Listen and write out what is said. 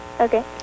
Okay